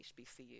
HBCU